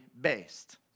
based